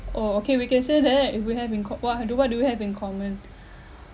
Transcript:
oh okay we can say that if we have in co~ wha~ do what do we have in common